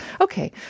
okay